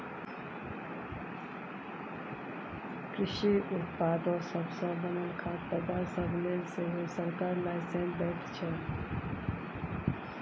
कृषि उत्पादो सब सँ बनल खाद्य पदार्थ सब लेल सेहो सरकार लाइसेंस दैत छै